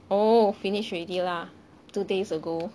oh finished already lah two days ago